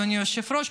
אדוני היושב-ראש,